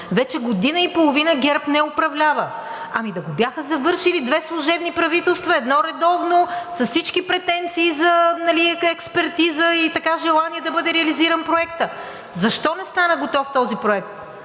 Вече година и половина ГЕРБ не управлява, ами да го бяха завършили – две служебни правителства, едно редовно, с всички претенции за експертиза и желание да бъде реализиран проектът. Защо не стана готов този проект?